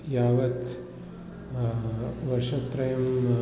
यावत् वर्षत्रयम्